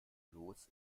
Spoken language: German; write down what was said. los